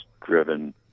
driven